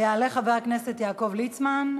יעלה חבר הכנסת יעקב ליצמן,